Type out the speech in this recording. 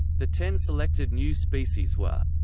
the ten selected new species were